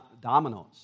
dominoes